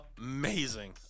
amazing